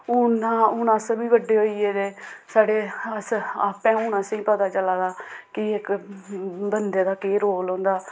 हून ना हून अस बी बड्डे होई गेदे ते साढ़े अस आपें हून असेंगी पता चला दा कि इक बंदे दा केह् रोल होंदा